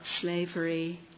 slavery